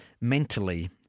mentally